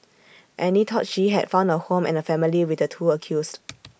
Annie thought she had found A home and A family with the two accused